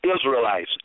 Israelites